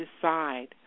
decide